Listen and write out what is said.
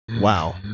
Wow